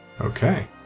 Okay